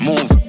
Move